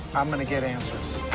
i'm gonna get answers.